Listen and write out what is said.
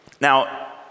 Now